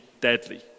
deadly